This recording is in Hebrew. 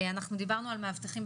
אנחנו דיברנו על מאבטחים,